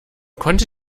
konnte